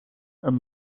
een